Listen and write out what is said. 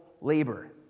labor